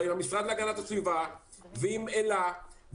עם המשרד להגנת הסביבה ועם אל"ה,